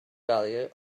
value